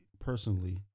personally